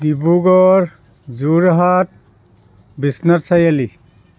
Dibrugarh Jorhat Biswanath Chariali